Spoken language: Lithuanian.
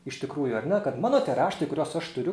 iš tikrųjų ar ne kad mano tie raštai kuriuos aš turiu